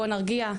בואו נרגיע,